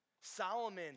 Solomon